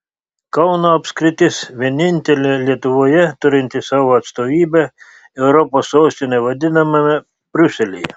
kauno apskritis vienintelė lietuvoje turinti savo atstovybę europos sostine vadinamame briuselyje